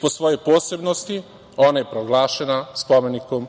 Po svojoj posebnosti, ona je proglašena spomenikom